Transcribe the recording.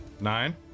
nine